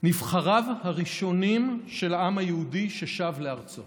נבחריו הראשונים של העם היהודי ששב לארצו.